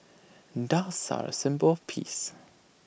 doves are A symbol of peace